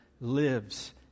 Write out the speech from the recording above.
lives